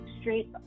straight